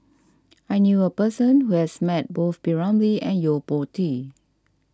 I knew a person who has met both P Ramlee and Yo Po Tee